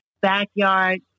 backyard